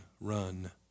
run